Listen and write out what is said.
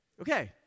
Okay